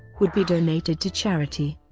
would be donated to charity.